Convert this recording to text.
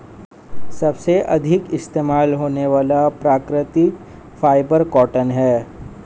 सबसे अधिक इस्तेमाल होने वाला प्राकृतिक फ़ाइबर कॉटन है